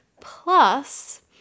plus